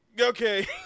Okay